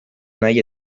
nahi